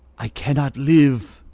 i cannot live